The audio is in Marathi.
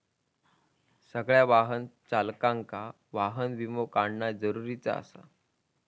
सगळ्या वाहन चालकांका वाहन विमो काढणा जरुरीचा आसा